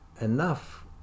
enough